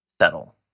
settle